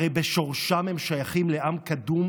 הרי בשורשם הם שייכים לעם קדום,